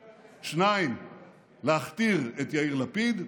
2. להכתיר את יאיר לפיד,